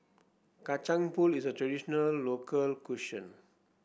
Kacang Pool is a traditional local cuisine